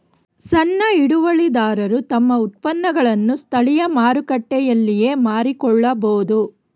ಸಣ್ಣ ಹಿಡುವಳಿದಾರರು ತಮ್ಮ ಉತ್ಪನ್ನಗಳನ್ನು ಸ್ಥಳೀಯ ಮಾರುಕಟ್ಟೆಯಲ್ಲಿಯೇ ಮಾರಿಕೊಳ್ಳಬೋದು